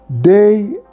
day